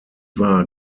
war